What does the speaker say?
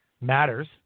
matters